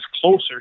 closer